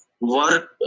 work